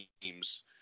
teams